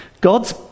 God's